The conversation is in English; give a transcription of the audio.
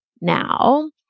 now